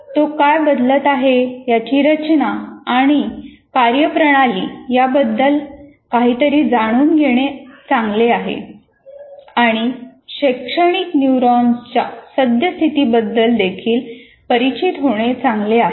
तो काय बदलत आहे याची रचना आणि कार्यप्रणाली याबद्दल काहीतरी जाणून घेणे चांगले आहे आणि शैक्षणिक न्यूरोसायन्सच्या सद्य स्थितीबद्दल देखील परिचित होणे चांगले आहे